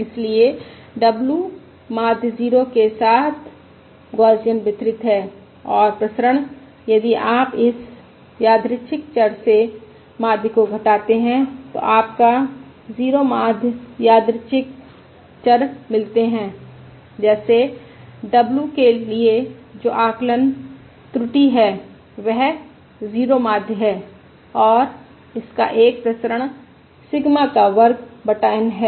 इसलिए w माध्य 0 के साथ गौसियन वितरित है और प्रसरण यदि आप किसी यादृच्छिक चर से माध्य को घटाते हैं तो आपको 0 माध्य यादृच्छिक चर मिलते हैं जैसे w के लिए जो आकलन त्रुटि है वह 0 माध्य है और इसका एक प्रसरण सिग्मा का वर्ग बटा N है